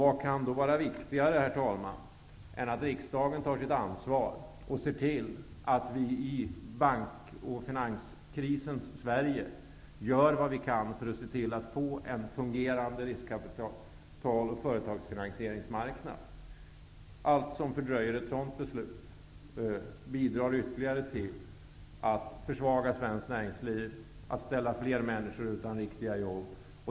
Vad kan då vara viktigare än att riksdagen tar sitt ansvar och ser till att vi i bank och finanskrisens Sverige gör vad vi kan för att få en fungerande riskkapital och företagsfinansieringsmarknad. Allt som fördröjer ett beslut i den riktningen bidrar ytterligare till att försvaga svenskt näringsliv och till att ställa fler människor utan riktiga jobb.